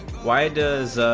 why does